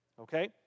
Okay